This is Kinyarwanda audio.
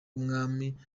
w’umwami